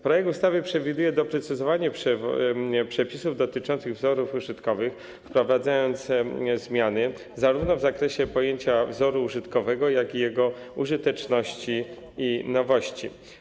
Projekt ustawy przewiduje też doprecyzowanie przepisów dotyczących wzorów użytkowych, wprowadzając zmiany zarówno w zakresie pojęcia wzoru użytkowego, jak i jego użyteczności i nowości.